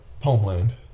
Homeland